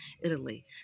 Italy